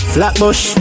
Flatbush